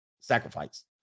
sacrifice